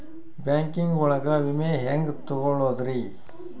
Banking ಒಳಗ ವಿಮೆ ಹೆಂಗ್ ತೊಗೊಳೋದ್ರಿ?